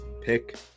Pick